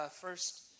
first